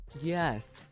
Yes